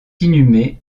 inhumé